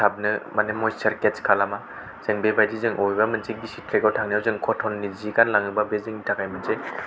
थाबनो माने मयस्चार केत्स खालामा जों बेबायदि जों बबेबा मोनसे गिसि ट्रेकआव थांनायाव जों कटननि सि गानलाङोब्ला बे जोंनि थाखाय मोनसे